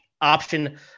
option